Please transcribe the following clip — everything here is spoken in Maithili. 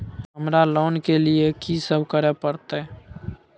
हमरा लोन के लिए की सब करे परतै?